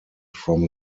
from